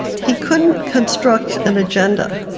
he couldn't construct an agenda.